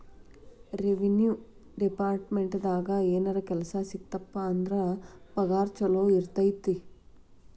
revenue ಡೆಪಾರ್ಟ್ಮೆಂಟ್ನ್ಯಾಗ ಏನರ ಕೆಲ್ಸ ಸಿಕ್ತಪ ಅಂದ್ರ ಪಗಾರ ಚೊಲೋ ಇರತೈತಿ